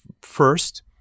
first